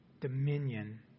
dominion